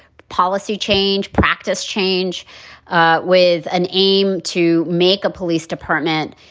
policy change, practice change ah with an aim to make a police department,